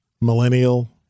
millennial